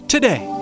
Today